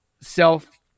self